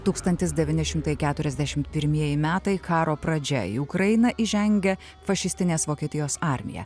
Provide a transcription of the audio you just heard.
tūkstantis devyni šimtai keturiasdešimt pirmieji metai karo pradžia į ukrainą įžengia fašistinės vokietijos armija